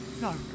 No